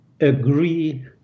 agree